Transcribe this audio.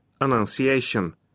Annunciation